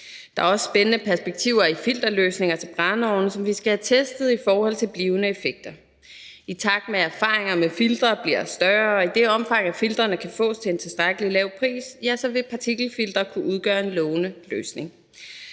Der er også spændende perspektiver i filterløsninger til brændeovne, som vi skal have testet i forhold til blivende effekter. I takt med at erfaringerne med filtre bliver større, og i det omfang, at filtrene kan fås til en tilstrækkelig lav pris, så vil partikelfiltre kunne udgøre en lovende løsning.